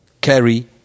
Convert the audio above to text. carry